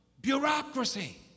bureaucracy